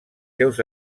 seus